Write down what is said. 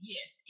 Yes